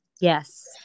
Yes